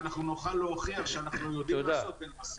ונוכל להוכיח שאנחנו יודעים לעשות ונעשה.